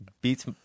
beats